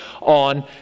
on